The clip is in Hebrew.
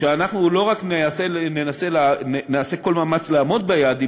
ואנחנו לא רק נעשה כל מאמץ לעמוד ביעדים,